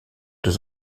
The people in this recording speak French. deux